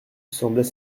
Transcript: semblait